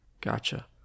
Gotcha